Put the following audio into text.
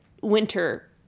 winter